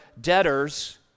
debtors